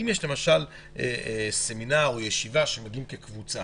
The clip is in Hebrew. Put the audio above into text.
אם למשל יש סמינר או ישיבה שמגיעים כקבוצה